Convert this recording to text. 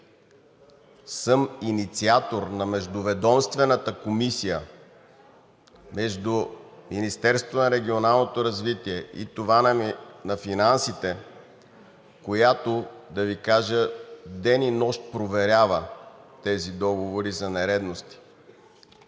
съм инициатор на Междуведомствената комисия между Министерството на регионалното развитие и това на Финансите, която, да Ви кажа, ден и нощ проверява тези договори за нередности.